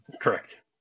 Correct